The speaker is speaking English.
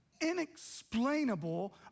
inexplainable